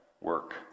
work